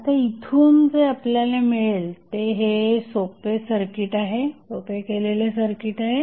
आता इथून जे आपल्याला मिळेल ते हे सोपे केलेले सर्किट आहे